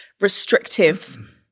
restrictive